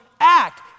act